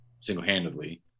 single-handedly